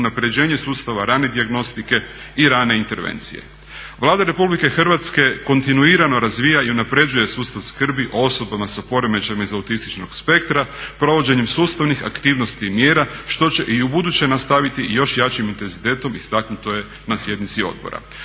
unapređenje sustava rane dijagnostike i rane intervencije. Vlada Republike Hrvatske kontinuirano razvija i unapređuje sustav skrbi o osobama sa poremećajima iz autističnog spektra, provođenjem sustavnih aktivnosti i mjera što će i ubuduće nastaviti još jačim intenzitetom, istaknuto je na sjednici odbora.